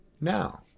now